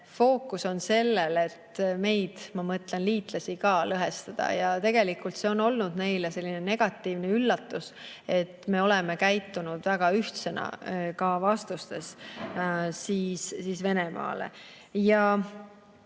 fookus on sellel, et meid – ma mõtlen liitlasi – lõhestada. See on olnud [Venemaale] selline negatiivne üllatus, et me oleme käitunud väga ühtsena ka vastustes Venemaale. Kui